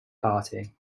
party